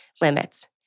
limits